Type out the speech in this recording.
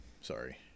Sorry